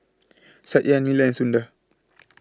Satya Neila and Sundar